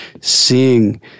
seeing